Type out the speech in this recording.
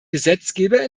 gesetzgeber